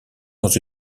dans